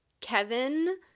kevin